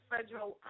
Federal